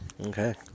Okay